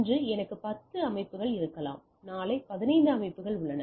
இன்று எனக்கு 10 அமைப்புகள் இருக்கலாம் நாளை 15 அமைப்புகள் உள்ளன